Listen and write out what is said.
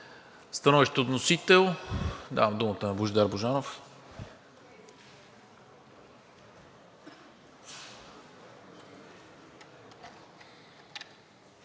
Становище от вносител? Давам думата на Божидар Божанов.